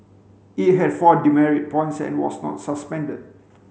it had four demerit points and was not suspended